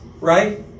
right